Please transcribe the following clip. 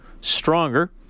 stronger